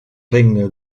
regne